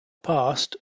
past